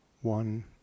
one